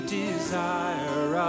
desire